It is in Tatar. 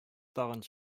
тагын